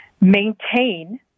maintain